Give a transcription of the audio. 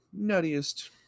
nuttiest